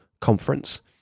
conference